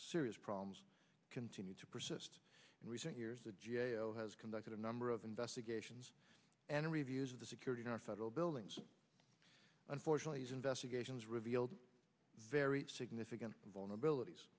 serious problems continue to persist in recent years the g a o has conducted a number of investigations and reviews of the security in our federal buildings unfortunately investigations revealed very significant vulnerabilities